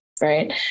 Right